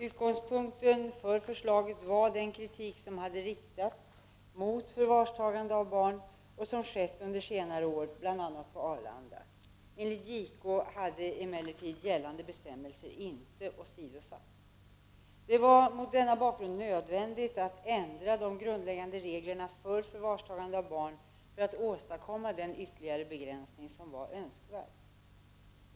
Utgångspunkten för förslaget var den kritik som hade riktats mot det förvarstagande av barn som skett under senare år, bl.a. på Arlanda. Enligt JK hade emellertid gällande bestämmelser inte åsidosatts. Det var mot denna bakgrund nödvändigt att ändra de grundläggande reglerna för förvarstagande av barn för att åstadkomma den ytterligare begränsning som var önskvärd.